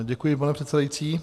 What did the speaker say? Děkuji, pane předsedající.